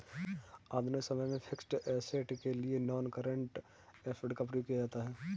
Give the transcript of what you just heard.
आधुनिक समय में फिक्स्ड ऐसेट के लिए नॉनकरेंट एसिड का प्रयोग किया जाता है